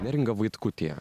neringa vaitkutė